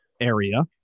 area